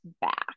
back